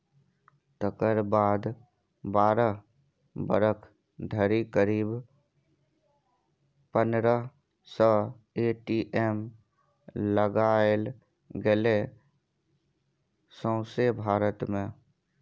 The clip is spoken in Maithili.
तकर बाद बारह बरख धरि करीब पनरह सय ए.टी.एम लगाएल गेलै सौंसे भारत मे